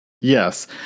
Yes